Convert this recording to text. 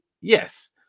yes